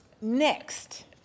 next